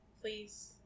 Please